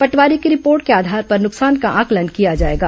पटवारी की रिपोर्ट के आधार पर नुकसान का आंकलन किया जाएगा